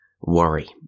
worry